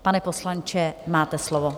Pane poslanče, máte slovo.